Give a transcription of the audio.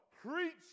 preach